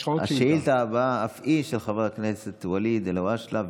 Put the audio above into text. השאילתה הבאה אף היא של חבר הכנסת ואליד אלהואשלה,